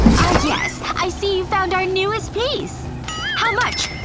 ah yes. i see you've found our newest piece how much?